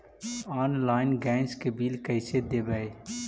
Online gas के bill कैसे देबै?